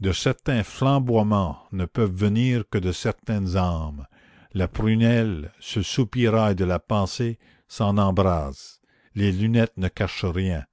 de certains flamboiements ne peuvent venir que de certaines âmes la prunelle ce soupirail de la pensée s'en embrase les lunettes ne cachent rien